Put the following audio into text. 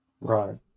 right